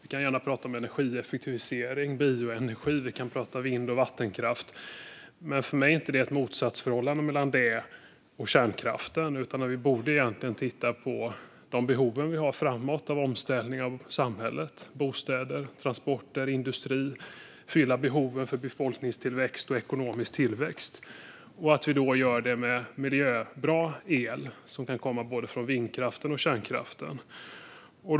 Vi kan gärna tala om energieffektivisering, om bioenergi och om vind och vattenkraft, men för mig råder det inte ett motsatsförhållande mellan detta och kärnkraften. I stället borde vi titta på de behov vi har framåt av omställning av samhället - bostäder, transporter och energi. Vi borde titta på hur vi med miljöbra el, som kan komma från både vindkraften och kärnkraften, kan tillgodose de behov som befolkningstillväxt och ekonomisk tillväxt skapar.